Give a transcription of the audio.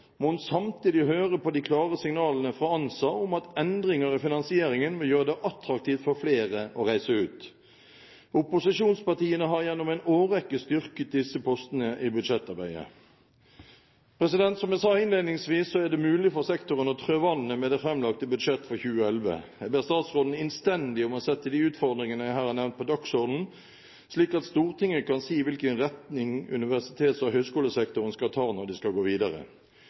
må hun samtidig høre på de klare signalene fra ANSA om at endringer i finansieringen vil gjøre det attraktivt for flere å reise ut. Opposisjonspartiene har gjennom en årrekke styrket disse postene i budsjettarbeidet. Som jeg sa innledningsvis, er det mulig for sektoren å trø vannet med det framlagte budsjett for 2011. Jeg ber statsråden innstendig om å sette de utfordringene jeg her har nevnt, på dagsordenen, slik at Stortinget kan si hvilken retning universitets- og høyskolesektoren skal ta når de skal gå videre.